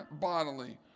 bodily